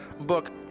book